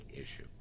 issue